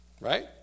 Right